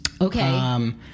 Okay